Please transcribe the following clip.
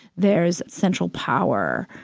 there's central power.